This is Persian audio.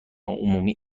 عمومی